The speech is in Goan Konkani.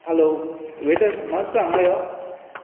हॅलो वेटर मात्सो हांगा यो